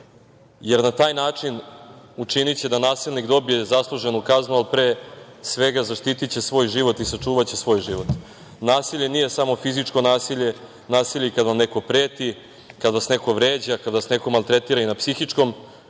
jer na taj način učiniće da nasilnik dobije zasluženu kaznu, a pre svega zaštitiće svoj život i sačuvaće svoj život. Nasilje nije samo fizičko nasilje. Nasilje je i kad vam neko preti, kad vas neko vređa, kad vas neko maltretira i na psihičkom